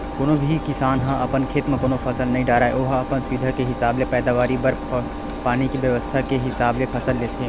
कोनो भी किसान ह अपन खेत म कोनो फसल नइ डारय ओहा अपन सुबिधा के हिसाब ले पैदावारी बर पानी के बेवस्था के हिसाब ले फसल लेथे